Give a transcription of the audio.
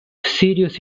serious